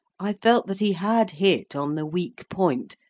i felt that he had hit on the weak point,